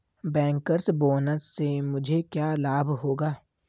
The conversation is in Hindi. बैंकर्स बोनस से मुझे क्या लाभ होगा?